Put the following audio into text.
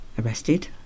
arrested